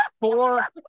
four